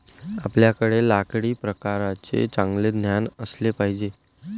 आपल्याकडे लाकडी प्रकारांचे चांगले ज्ञान असले पाहिजे